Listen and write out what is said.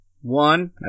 One